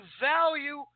value